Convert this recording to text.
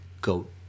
goat